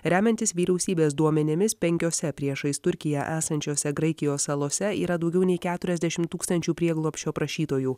remiantis vyriausybės duomenimis penkiose priešais turkiją esančiose graikijos salose yra daugiau nei keturiasdešimt tūkstančių prieglobsčio prašytojų